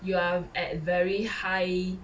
you are at very high